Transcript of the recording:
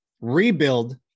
rebuild